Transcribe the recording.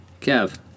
Kev